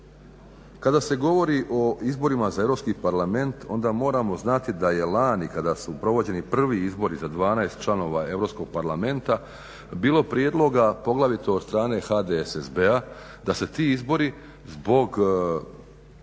Kada se govori o izborima za Europski parlament onda moramo znati da je lani kada su provođeni prvi izbori za 12 članova Europskog parlamenta bilo prijedloga poglavito od strane HDSSB-a da se ti izbori zbog,